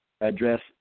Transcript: address